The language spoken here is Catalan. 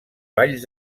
valls